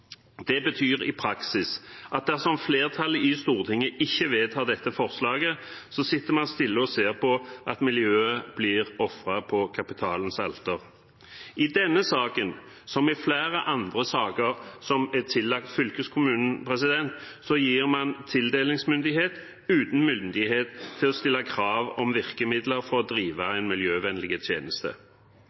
Det betyr i praksis at dersom flertallet i Stortinget ikke vedtar dette forslaget, sitter vi stille og ser på at miljøet blir ofret på kapitalens alter. I denne saken, som i flere andre saker som er tillagt fylkeskommunen, gir man tildelingsmyndighet uten myndighet til å stille krav om virkemidler for å drive en miljøvennlig tjeneste.